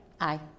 Aye